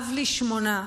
אב לשמונה,